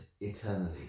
eternally